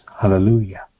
Hallelujah